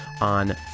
on